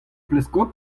pleskob